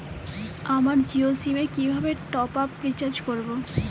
আমার জিও সিম এ কিভাবে টপ আপ রিচার্জ করবো?